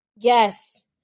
Yes